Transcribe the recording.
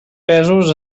pesos